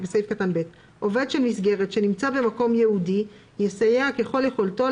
" עובד של מסגרת שנמצא במקום ייעודי יסייע ככל יכולתו,